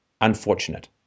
unfortunate